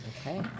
Okay